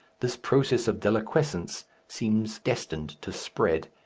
this process of deliquescence seems destined to spread.